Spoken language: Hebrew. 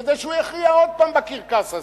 כדי שהוא יכריע עוד פעם בקרקס הזה.